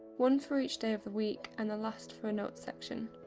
one for each day of the week, and the last for a notes section.